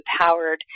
empowered